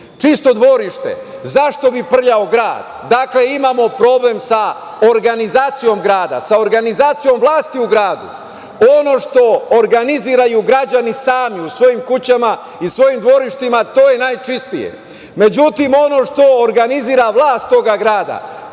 čisto dvorište, zašto bi prljao grad? Dakle, imamo problem sa organizacijom grada, sa organizacijom vlasti u gradu. Ono što organiziraju građani sami u svojim kućama i svojim dvorištima, to je najčistije. Međutim, ono što organizira vlast toga grada,